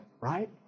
right